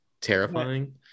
terrifying